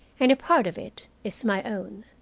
and a part of it is my own.